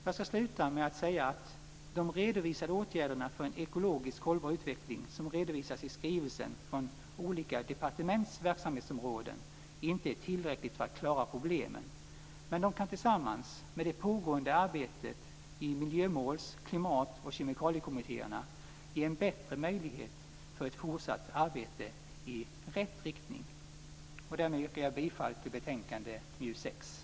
Jag ska sluta med att säga att de redovisade åtgärderna för en ekologiskt hållbar utveckling, som redovisas i skrivelsen från olika departements verksamhetsområden, inte är tillräckliga för att klara problemen. Men de kan tillsammans med det pågående arbetet i miljömåls-, klimat och kemikaliekommittéerna ge en bättre möjlighet för ett fortsatt arbete i rätt riktning. Jag yrkar bifall till hemställan i betänkande